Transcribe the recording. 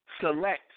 select